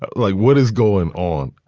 but like what is going on.